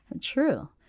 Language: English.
true